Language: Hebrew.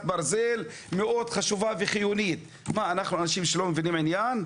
ברזל חשובה וחיונית - אנו לא מבינים עניין?